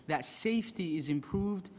that safety is improved.